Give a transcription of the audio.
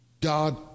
God